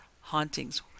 hauntings